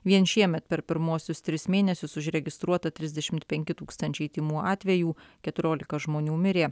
vien šiemet per pirmuosius tris mėnesius užregistruota trisdešimt penki tūkstančiai tymų atvejų keturiolika žmonių mirė